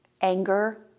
anger